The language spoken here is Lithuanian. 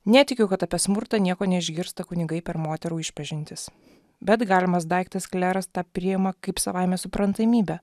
netikiu kad apie smurtą nieko neišgirsta kunigai per moterų išpažintis bet galimas daiktas kleras tą priima kaip savaime suprantamybę